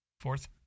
Fourth